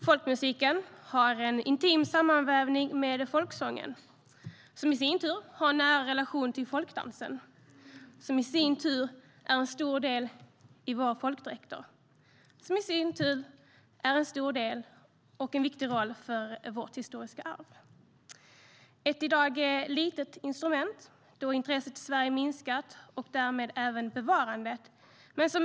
Folkmusiken har en intim sammanvävning med folksången, som i sin tur har en nära relation till folkdansen - som i sin tur är en stor del av våra folkdräkter, som i sin tur är en stor del av och spelar en viktig roll för vårt historiska arv. Nyckelharpan är ett i dag litet instrument, då intresset i Sverige minskat och därmed även bevarandet.